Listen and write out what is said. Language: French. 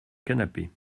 canapé